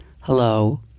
hello